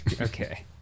okay